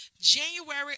January